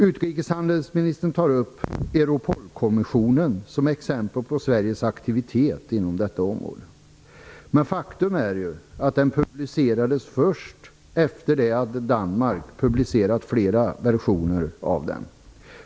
Utrikeshandelsministern tar upp Europolkonventionen som exempel på Sveriges aktivitet inom detta område, men faktum är att den publicerades först efter det att Danmark publicerat flera versioner av den.